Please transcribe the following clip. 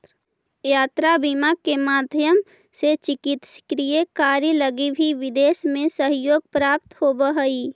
यात्रा बीमा के माध्यम से चिकित्सकीय कार्य लगी भी विदेश में सहयोग प्राप्त होवऽ हइ